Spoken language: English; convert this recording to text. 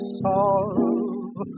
solve